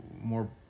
more